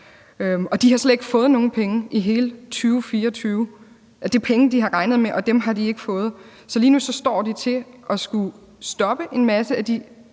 De har slet ikke fået nogen penge i hele 2024 – det er penge, de har regnet med, og dem har de ikke fået. Så lige nu står de til at skulle stoppe en masse af de